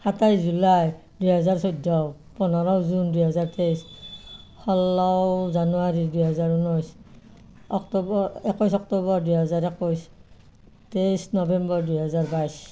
সাতাইছ জুলাই দুহেজাৰ চৈধ্য পোন্ধৰ জুন দুহেজাৰ তেইছ ষোল্ল জানুৱাৰী দুহেজাৰ ঊনৈছ অক্টোবৰ একৈছ অক্টোবৰ দুহেজাৰ একৈছ তেইছ নবেম্বৰ দুহেজাৰ বাইছ